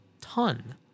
ton